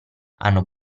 hanno